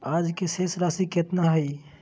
आज के शेष राशि केतना हइ?